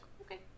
Okay